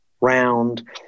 round